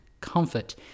comfort